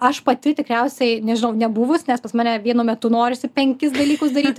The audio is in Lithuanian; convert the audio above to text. aš pati tikriausiai nežinau nebuvus nes pas mane vienu metu norisi penkis dalykus daryti